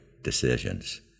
decisions